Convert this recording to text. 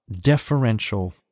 deferential